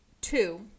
two